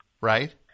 Right